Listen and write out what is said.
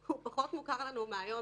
הוא פחות מוכר לנו מהיום-יום,